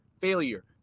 Failure